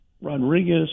Rodriguez